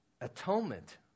atonement